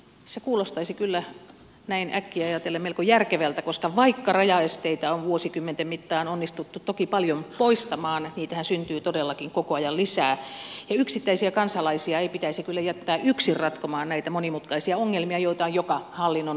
se kuulostaisi kyllä näin äkkiä ajatellen melko järkevältä koska vaikka rajaesteitä on vuosikymmenten mittaan onnistuttu toki paljon poistamaan niitähän syntyy todellakin koko ajan lisää ja yksittäisiä kansalaisia ei pitäisi kyllä jättää yksin ratkomaan näitä monimutkaisia ongelmia joita on joka hallinnonalueella